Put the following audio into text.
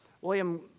William